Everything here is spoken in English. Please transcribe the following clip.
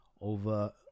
over